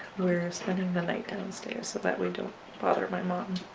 we're spending the night downstairs so that we don't bother my mom